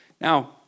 Now